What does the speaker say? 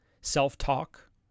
Self-talk